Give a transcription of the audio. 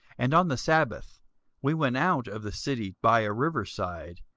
and on the sabbath we went out of the city by a river side,